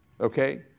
okay